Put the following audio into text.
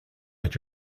that